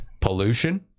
pollution